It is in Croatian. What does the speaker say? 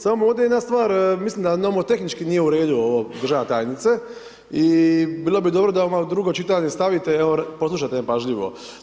Samo ovdje jedna stvar mislim da nomo tehnički nije u redu ovo državna tajnice i bilo bi dobro da ovo u drugo čitanje stavite, evo, poslušajte me pažljivo.